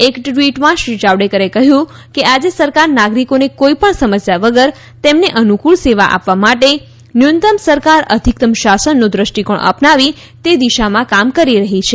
એક ટ્વીટમાં શ્રી જાવડેકરે કહ્યું કે આજે સરકાર નાગરિકોને કોઇ પણ સમસ્યા વગર તેમને અનુક્રળ સેવા આપવા માટે ન્યૂનતમ સરકાર અધિકતમ શાસન નો દ્રષ્ટિકોણ અપનાવી તે દિશામાં કામ કરી રહી છે